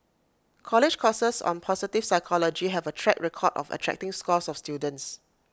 college courses on positive psychology have A track record of attracting scores of students